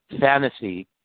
fantasy